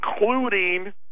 including